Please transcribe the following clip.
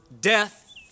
death